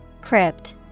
Crypt